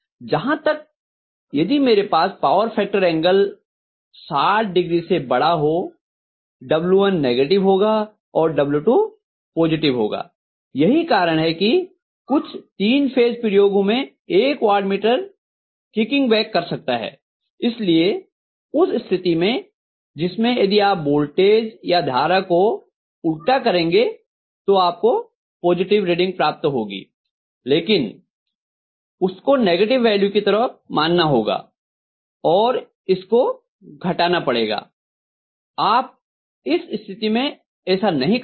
जहाँ तक यदि मेरे पास पावर फैक्टर एंगल 60ο से बड़ा हो W1 नेगेटिव होगा और W2 पॉजिटिव होगा यही कारण है कि कुछ तीन फेज प्रयोगों में एक वाट मीटर किकिंग बैक कर सकता है इसलिये उस स्थिति में जिसमें यदि आप वोल्टेज या धारा को उल्टा करेंगे तो आपको पॉजिटिव रीडिंग प्राप्त होगी लेकिन उसको नेगेटिव वैल्यू की तरह मानना होगा और इसको घटाना पड़ेगा आप इस स्थिति में ऐसा नहीं कर सकते